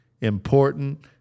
important